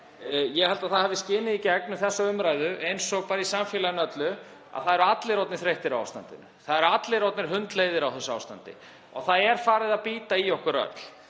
Ég held að það hafi skinið í gegn í þessari umræðu, eins og í samfélaginu öllu, að það eru allir orðnir þreyttir á ástandinu. Það eru allir orðnir hundleiðir á þessu ástandi og það er farið að bíta í okkur öll.